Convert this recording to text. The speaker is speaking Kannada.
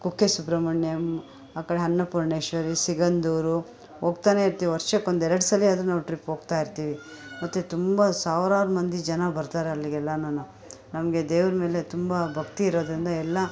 ಕುಕ್ಕೆ ಸುಬ್ರಹ್ಮಣ್ಯಮ್ ಆ ಕಡೆ ಅನ್ನಪೂರ್ಣೇಶ್ವರಿ ಸಿಗಂದೂರು ಹೋಗ್ತಾನೆಯಿರ್ತೀವಿ ವರ್ಷಕ್ಕೊಂದು ಎರಡು ಸಲ ಆದ್ರೂ ನಾವು ಟ್ರಿಪ್ ಹೋಗ್ತಾಯಿರ್ತೀವಿ ಮತ್ತೆ ತುಂಬ ಸಾವಿರಾರು ಮಂದಿ ಜನ ಬರ್ತಾರೆ ಅಲ್ಲಿಗೆಲ್ಲನೂ ನಮಗೆ ದೇವ್ರ ಮೇಲೆ ತುಂಬ ಭಕ್ತಿ ಇರೋದರಿಂದ ಎಲ್ಲ